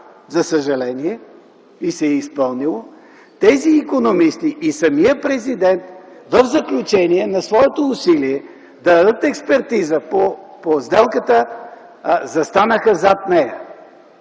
за съжаление и се е изпълнило), тези икономисти и самият президент в заключение на своето усилие да дадат експертиза по сделката застанаха зад нея.